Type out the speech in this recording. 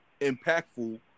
impactful